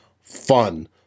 fun